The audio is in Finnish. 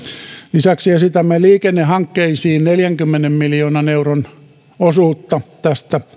lisäksi esitämme liikennehankkeisiin neljänkymmenen miljoonan euron osuutta tästä